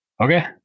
Okay